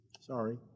sorry